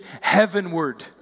heavenward